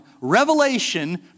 revelation